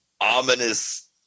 ominous